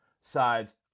sides